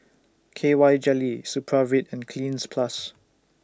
K Y Jelly Supravit and Cleanz Plus